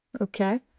Okay